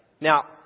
Now